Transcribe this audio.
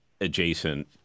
adjacent